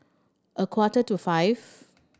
a quarter to five